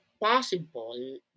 possible